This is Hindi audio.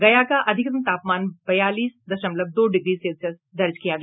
गया का अधिकतम तापमान बयालीस दशमलव दो डिग्री सेल्सियस दर्ज किया गया